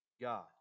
God